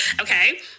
Okay